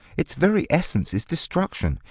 its very essence is destruction.